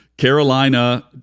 Carolina